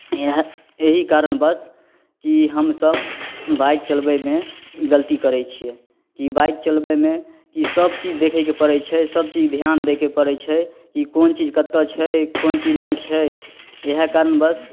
इएह एहि कारणवश कि हमसभ बाइक चलबैमे गलती करै छिए कि बाइक चलबैमे कि सबचीज देखैके पड़ै छै सबचीज धिआन दैके पड़ै छै कि कोन चीज कतऽ छै कोन चीज नहि छै इएह कारणवश